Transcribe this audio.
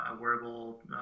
wearable